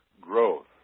growth